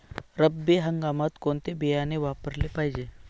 रब्बी हंगामात कोणते बियाणे वापरले पाहिजे?